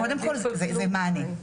קודם כל זה מענה,